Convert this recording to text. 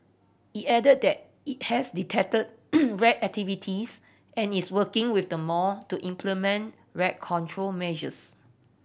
it added that it has detected rat activities and is working with the mall to implement rat control measures